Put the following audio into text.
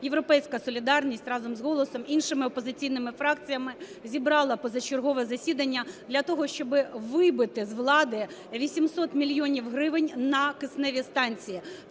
"Європейська солідарність" разом з "Голосом", іншими опозиційними фракціями зібрали позачергове засідання для того, щоб вибити з влади 800 мільйонів гривень на кисневі станції.